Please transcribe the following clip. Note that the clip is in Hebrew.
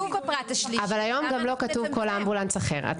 אבל היום זה לא כתוב בפרט השלישי, למה מצמצם?